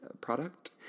product